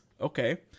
Okay